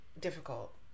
difficult